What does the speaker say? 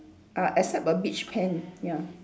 err except a beach pant ya